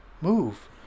move